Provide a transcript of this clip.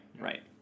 Right